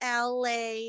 LA